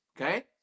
Okay